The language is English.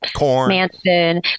Manson